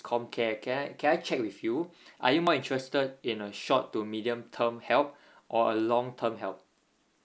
comcare can I can I check with you are you more interested in a short two medium term help or a long term help